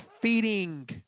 feeding